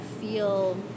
feel